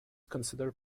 considered